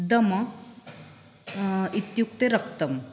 दम इत्युक्ते रक्तम्